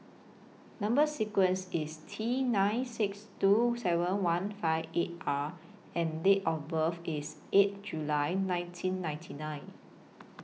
Number sequence IS T nine six two seven one five eight R and Date of birth IS eight July nineteen ninety nine